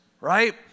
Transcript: right